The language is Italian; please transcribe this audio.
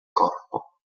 corpo